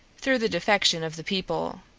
through the defection of the people.